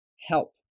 help